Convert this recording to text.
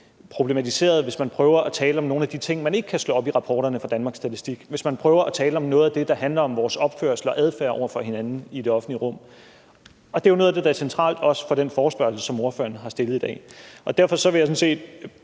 problematiseret, hvis man prøver at tale om nogle af de ting, man ikke kan slå op i rapporterne fra Danmarks Statistik, og hvis man prøver at tale om noget af det, der handler om vores opførsel og adfærd over for hinanden i det offentlige rum, og det er jo også noget af det, der er centralt i den forespørgsel, som ordføreren har stillet i dag. Derfor vil jeg bruge